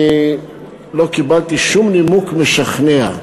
אני לא קיבלתי שום נימוק משכנע.